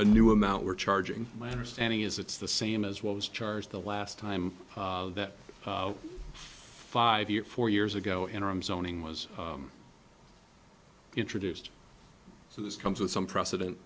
a new amount we're charging my understanding is it's the same as well as charge the last time that five year four years ago interim zoning was introduced this comes with some precedent